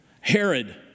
Herod